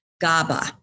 GABA